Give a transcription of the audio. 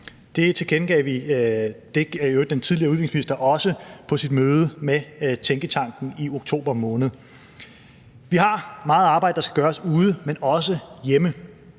Det tilkendegav den tidligere udenrigsminister i øvrigt også på sit møde med tænketanken i oktober måned. Vi har meget arbejde, der skal gøres ude, men også hjemme.